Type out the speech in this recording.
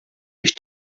ich